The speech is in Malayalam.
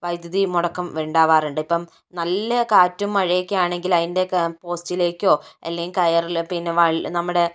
വൈദ്യതി മുടക്കം ഉണ്ടാവാറുണ്ട് ഇപ്പോൾ നല്ല കാറ്റും മഴയൊക്കെ ആണെങ്കിൽ അതിൻ്റെ പോസ്റ്റിലേയ്ക്കോ അല്ലെങ്കിൽ കയറിൽ പിന്നെ വള്ളി നമ്മുടെ